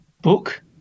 book